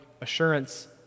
assurance